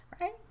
right